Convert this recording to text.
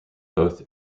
both